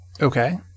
Okay